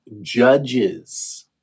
judge's